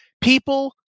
people